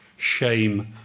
shame